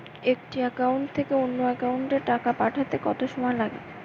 একটি একাউন্ট থেকে অন্য একাউন্টে টাকা পাঠাতে কত সময় লাগে?